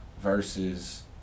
versus